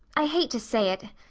i hate to say it.